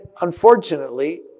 unfortunately